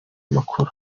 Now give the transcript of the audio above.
amakuru